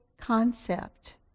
concept